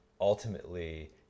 ultimately